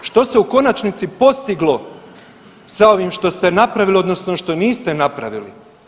Što se u konačnici postigli sa ovim što ste napravili odnosno što niste napravili?